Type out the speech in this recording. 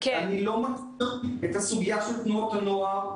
אני לא מכיר את הסוגיה של תנועות הנוער.